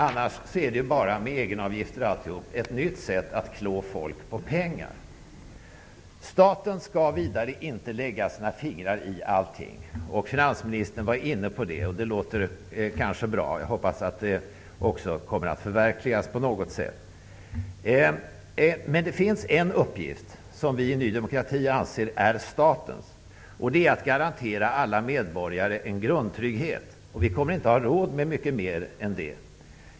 Annars är det bara ett nytt sätt att klå folk på pengar. Staten skall vidare inte lägga sina fingrar i allting. Finansministern var inne på det, och det låter nog bra. Jag hoppas att det också kommer att förverkligas på något sätt. Men det finns en uppgift som vi inom Ny demokrati anser är statens, nämligen att garantera alla medborgare en grundtrygghet. Vi kommer inte att ha råd med mycket mer än så.